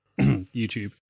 YouTube